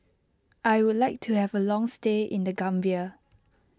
I would like to have a long stay in the Gambia